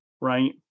right